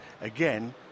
again